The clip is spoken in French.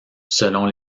selon